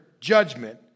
judgment